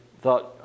thought